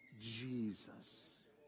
Jesus